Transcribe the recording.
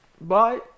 bye